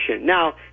now